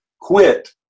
quit